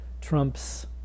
Trump's